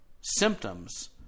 symptoms